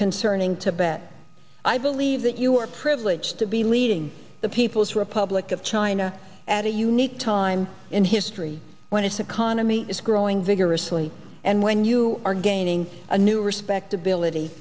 concerning tibet i believe that you are privileged to be leading the people's republic of china at a unique time in history when its economy is growing vigorously and when you are gaining a new respectability